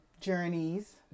journeys